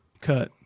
cut